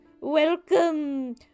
welcome